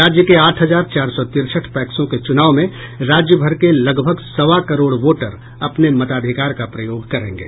राज्य के आठ हजार चार सौ तिरसठ पैक्सों के चुनाव में राज्य भर के लगभग सवा करोड़ वोटर अपने मताधिकार का प्रयोग करेंगे